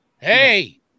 Hey